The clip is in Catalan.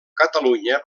catalunya